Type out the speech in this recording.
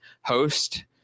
host